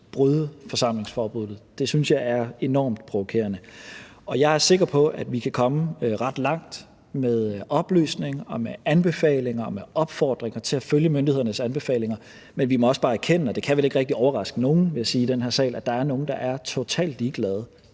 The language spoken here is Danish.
bryde forsamlingsforbuddet. Det synes jeg er enormt provokerende. Og jeg er sikker på, at vi kan komme ret langt med oplysning og med anbefalinger og med opfordringer til at følge myndighedernes anbefalinger, men vi må også bare erkende – og det kan vel